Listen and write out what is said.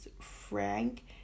frank